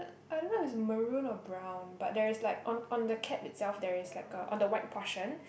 I don't know if its maroon or brown but there's like on on the cap itself there is like a on the white portion